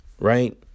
Right